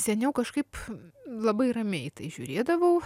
seniau kažkaip labai ramiai žiūrėdavau